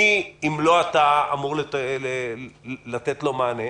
מי אם לא אתה אמור לתת לו מענה?